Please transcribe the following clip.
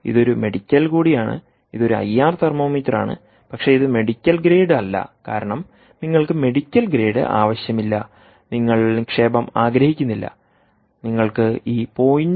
ഇത് ഒരു മെഡിക്കൽ കൂടിയാണ് ഇത് ഒരു ഐആർ തെർമോമീറ്ററാണ് പക്ഷേ ഇത് മെഡിക്കൽ ഗ്രേഡ് അല്ല കാരണം നിങ്ങൾക്ക് മെഡിക്കൽ ഗ്രേഡ് ആവശ്യമില്ല നിങ്ങൾ നിക്ഷേപം ആഗ്രഹിക്കുന്നില്ല നിങ്ങൾക്ക് ഈ 0